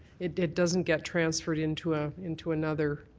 it it doesn't get transferred into ah into another